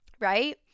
right